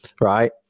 right